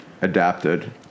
adapted